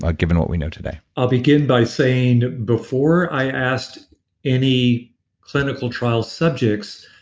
ah given what we know today? i'll begin by saying before i asked any clinical trial subjects